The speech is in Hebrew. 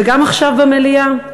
וגם עכשיו במליאה.